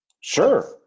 sure